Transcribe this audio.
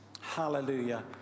Hallelujah